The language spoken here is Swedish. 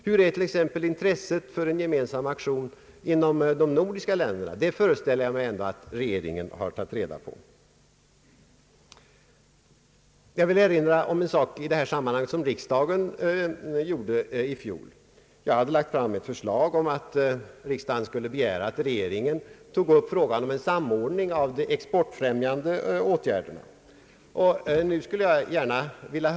Hur är t.ex. intresset för en gemensam aktion inom de nordiska länderna? Den saken antar jag regeringen i alla fall satt sig in i. Jag vill i det här sammanhanget erinra om ett förslag att regeringen skulle ta upp frågan om en samordning av de exportfrämjande åtgärderna, vilket jag lade fram för riksdagen i fjol och som riksdagen accepterade.